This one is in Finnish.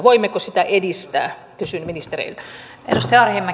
voimmeko sitä edistää kysyn ministereiltä